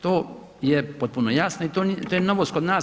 To je potpuno jasno i to je novost kod nas.